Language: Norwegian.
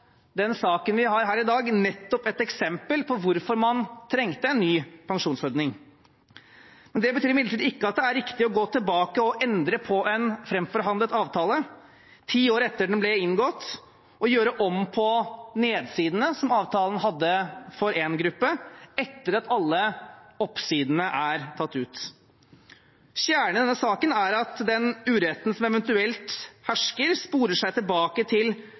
den saken vi har i dag, nettopp et eksempel på hvorfor man trengte en ny pensjonsordning. Det betyr imidlertid ikke at det er riktig å gå tilbake og endre på en framforhandlet avtale ti år etter den ble inngått, og gjøre om på nedsidene som avtalen hadde for én gruppe, etter at alle oppsidene er tatt ut. Kjernen i denne saken er at den uretten som eventuelt hersker, sporer seg tilbake til